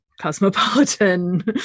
cosmopolitan